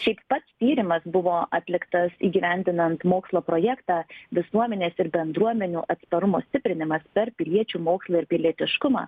šiaip pats tyrimas buvo atliktas įgyvendinant mokslo projektą visuomenės ir bendruomenių atsparumo stiprinimas per piliečių mokslą ir pilietiškumą